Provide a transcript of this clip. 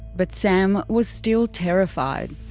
but sam was still terrified.